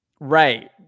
right